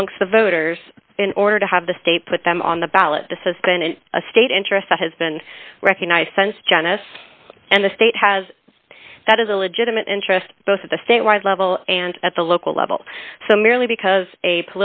amongst the voters in order to have the state put them on the ballot this has been in a state interest that has been recognisance generous and the state has that is a legitimate interest both at the state wide level and at the local level so merely because a